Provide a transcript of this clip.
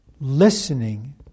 listening